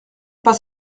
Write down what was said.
pas